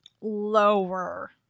lower